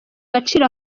gaciro